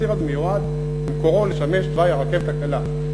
הציר הזה מיועד במקורו לשמש תוואי הרכבת הקלה.